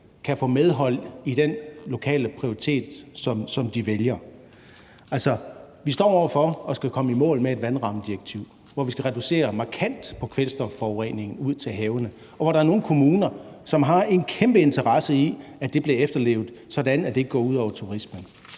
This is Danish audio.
i forhold til den lokale prioritering, som de vælger at have. Altså, vi står over for at skulle komme i mål med et vandrammedirektiv, hvor vi skal reducere kvælstofforureningen af havene markant, og hvor der er nogle kommuner, som har en kæmpe interesse i, at det bliver efterlevet, sådan at det ikke går ud over turismen.